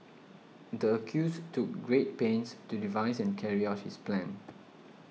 the accused took great pains to devise and carry out his plan